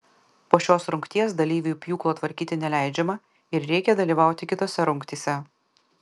po šios rungties dalyviui pjūklo tvarkyti neleidžiama ir reikia dalyvauti kitose rungtyse